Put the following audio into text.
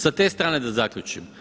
Sa te strane da zaključim.